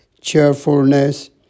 cheerfulness